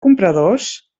compradors